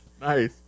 Nice